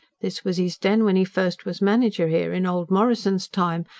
this was his den when he first was manager here, in old morrison's time,